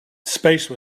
space